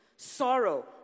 sorrow